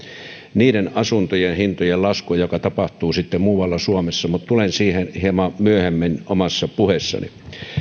niiden asuntojen hintojen laskua joka tapahtuu sitten muualla suomessa mutta tulen siihen hieman myöhemmin omassa puheessani